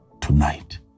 tonight